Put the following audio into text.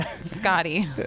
Scotty